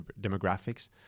demographics